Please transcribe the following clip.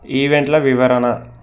ఈవెంట్ల వివరణ